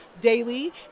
daily